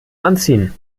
anziehen